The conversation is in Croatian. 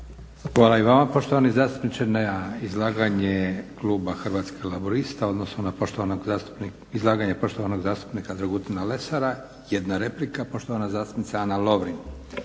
Hvala i vama poštovani zastupniče. Na izlaganje kluba Hrvatskih laburista, odnosno na izlaganje poštovanog zastupnika Dragutina Lesara jedna replika. Poštovana zastupnica Ana Lovrin.